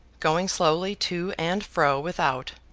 going slowly to and fro, without,